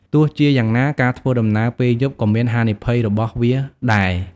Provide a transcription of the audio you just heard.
ទោះជាយ៉ាងណា ការធ្វើដំណើរពេលយប់ក៏មានហានិភ័យរបស់វាដែរ។